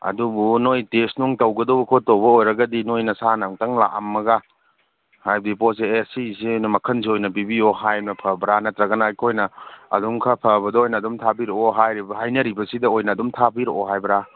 ꯑꯗꯨꯕꯨ ꯅꯣꯏ ꯇꯦꯁꯅꯨꯡ ꯇꯧꯒꯗꯧ ꯈꯣꯠꯇꯧꯕ ꯑꯣꯏꯔꯒꯗꯤ ꯅꯣꯏ ꯅꯁꯥꯅ ꯑꯝꯇꯪ ꯂꯥꯛꯑꯝꯃꯒ ꯍꯥꯏꯗꯤ ꯄꯣꯠꯁꯦ ꯑꯦ ꯁꯤꯁꯦ ꯑꯣꯏꯅ ꯃꯈꯟ ꯁꯨꯅ ꯄꯤꯕꯤꯌꯣ ꯍꯥꯏꯕꯅ ꯐꯕ꯭ꯔꯥ ꯅꯠꯇ꯭ꯔꯒꯅ ꯑꯩꯈꯣꯏꯅ ꯑꯗꯨꯝ ꯈꯔ ꯐꯕꯗ ꯑꯣꯏꯅ ꯑꯗꯨꯝ ꯊꯥꯕꯤꯔꯛꯑꯣ ꯍꯥꯏꯅꯔꯤꯕꯁꯤꯗ ꯑꯣꯏꯅ ꯑꯗꯨꯝ ꯊꯥꯕꯤꯔꯛꯑꯣ ꯍꯥꯏꯕ꯭ꯔꯥ